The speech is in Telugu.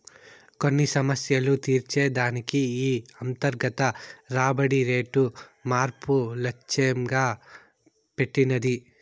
కొన్ని సమస్యలు తీర్చే దానికి ఈ అంతర్గత రాబడి రేటు మార్పు లచ్చెంగా పెట్టినది